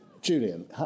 Julian